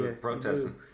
protesting